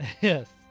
Yes